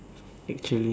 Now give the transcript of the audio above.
actually